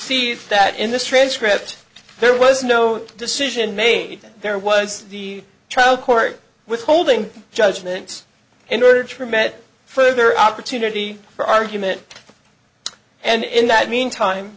received that in this transcript there was no decision made there was the trial court withholding judgment in order to permit further opportunity for argument and in that meantime